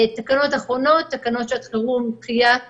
התקנות האחרונות הן תקנות שעת חירום לגבי דחיית